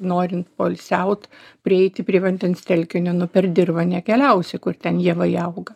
norint poilsiaut prieiti prie vandens telkinio nu per dirvą nekeliausi kur ten javai auga